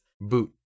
boot